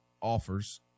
offers